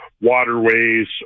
waterways